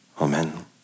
Amen